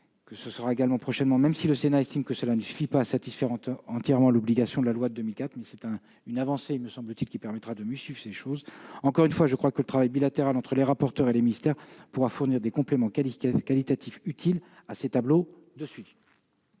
et des tableaux de suivi. Même si le Sénat estime que cela ne suffit pas à satisfaire entièrement l'obligation de la loi de 2004, c'est une avancée qui permettra, me semble-t-il, d'assurer un meilleur suivi. Encore une fois, je crois que le travail bilatéral entre les rapporteurs et les ministères pourra fournir des compléments qualitatifs utiles à ces tableaux de suivi.